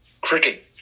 cricket